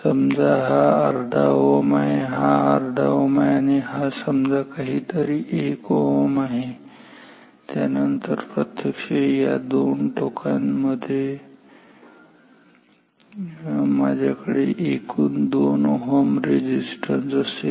समजा हा अर्धा Ω आहे हा अर्धा Ω आहे आणि हा समजा काहीतरी 1 Ω त्यानंतर प्रत्यक्षात या दुकान दोन टोकांमध्ये माझ्याकडे एकूण 2 Ω रेझिस्टन्स असेल